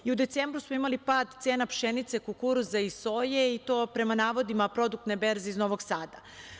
U decembru smo imali pad cena pšenice, kukuruza i soje i to prema navodima Produktne berze iz Novog Sada.